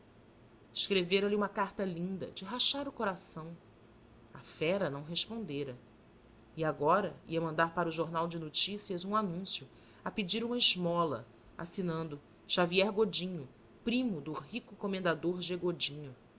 titi escrevera lhe uma carta linda de rachar o coração a fera não respondera e agora ia mandar para o jornal de notícias um anúncio a pedir uma esmola assinando xavier godinho primo do rico comendador g godinho